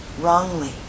wrongly